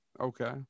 okay